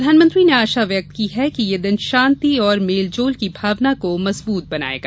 प्रधानमंत्री ने आशा व्यक्त की है कि यह दिन शांति और मेलजोल की भावना को मजबूत बनाएगा